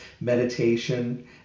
meditation